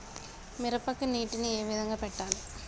మిరపకి నీటిని ఏ విధంగా పెట్టాలి?